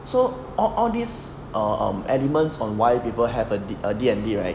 so all all this err um elements on why people have a D_N_D right